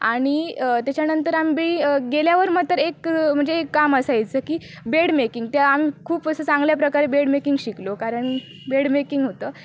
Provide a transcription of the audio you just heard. आणि त्याच्यानंतर आम्ही गेल्यावर मात्र एक म्हणजे एक काम असायचं की बेड मेकिंग ते आम्ही खूप असं चांगल्या प्रकारे बेड मेकिंग शिकलो कारण बेड मेकिंग होतं